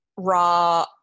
raw